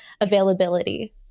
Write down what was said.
availability